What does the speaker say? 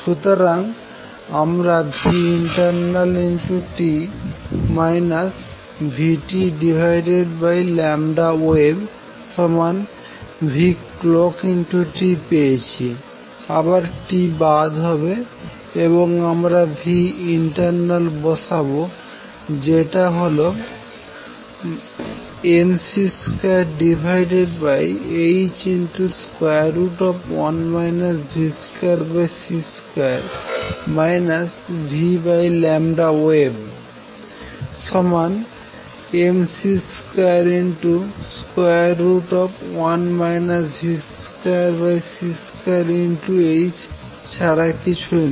সুতরাং আমরা internalt vtwave clocktপেয়েছি আবার t বাদ হবে এবং আমরা internal বসাবো যেটা হল mc2h1 v2c2 vwavemc21 v2c2hছাড়া কিছুই না